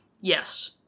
yes